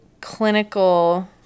clinical